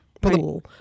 pool